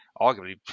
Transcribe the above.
arguably